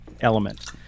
element